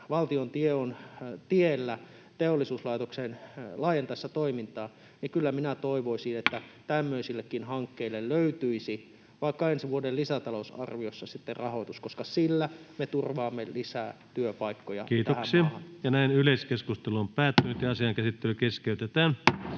tie on tiellä teollisuuslaitoksen laajentaessa toimintaa — niin kyllä minä toivoisin, että tämmöisillekin hankkeille löytyisi vaikka ensi vuoden lisätalousarviossa rahoitus, koska sillä me turvaamme lisää työpaikkoja [Puhemies: Kiitoksia!] tähän maahan. Esitellään